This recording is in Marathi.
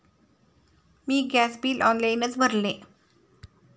मी गॅस बिल ऑनलाइनच भरले